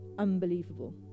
unbelievable